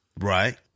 Right